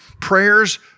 Prayers